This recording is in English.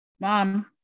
Mom